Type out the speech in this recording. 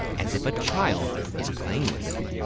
as if a child is playing with them.